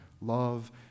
love